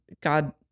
God